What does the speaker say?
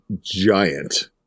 giant